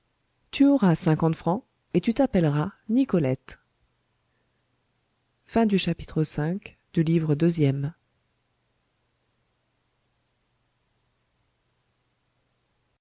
tu auras cinquante francs et tu t'appelleras nicolette chapitre